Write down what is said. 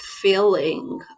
feeling